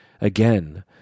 again